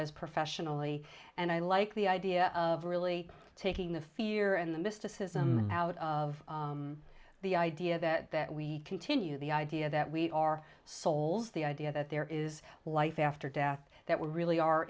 as professionally and i like the idea of really taking the fear and the mysticism out of the idea that that we continue the idea that we are souls the idea that there is life after death that we really are